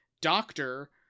doctor